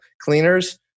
cleaners